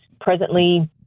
presently